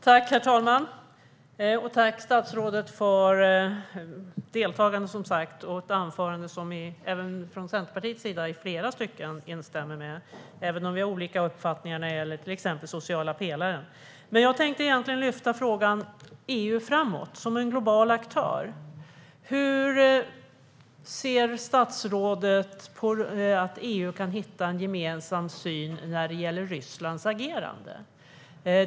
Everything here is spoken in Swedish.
Herr talman! Tack, statsrådet, för deltagande i debatten och ett anförande som vi i Centerpartiet i flera stycken instämmer i, även om vi har olika uppfattningar när det gäller till exempel den sociala pelaren! Men jag tänkte lyfta frågan om EU som en globala aktör framöver. Hur ser statsrådet på förutsättningarna för EU att hitta en gemensam syn när det gäller Rysslands agerande?